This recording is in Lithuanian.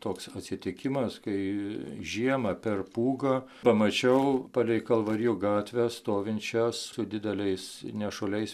toks atsitikimas kai žiemą per pūgą pamačiau palei kalvarijų gatvę stovinčią su dideliais nešuliais